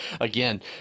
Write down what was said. Again